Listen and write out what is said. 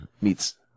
meets